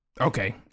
Okay